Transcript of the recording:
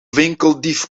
winkeldief